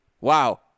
Wow